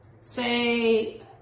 say